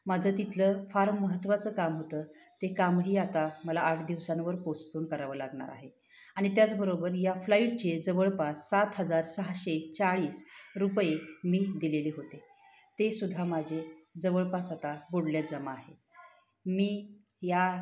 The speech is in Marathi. माझं तिथलं फार महत्त्वाचं काम होतं ते कामही आता मला आठ दिवसांवर पोस्टपोन करावं लागणार आहे आणि त्याचबरोबर या फ्लाईटचे जवळपास सात हजार सहाशे चाळीस रुपये मी दिलेले होते ते सुद्धा माझे जवळपास आता बुडल्यात जमा आहे मी या